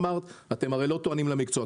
אתם הרי לא טוענים למקצוע,